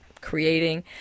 creating